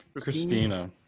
Christina